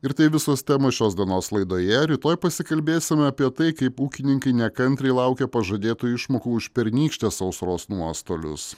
ir tai visos temos šios dienos laidoje rytoj pasikalbėsime apie tai kaip ūkininkai nekantriai laukia pažadėtų išmokų už pernykštės sausros nuostolius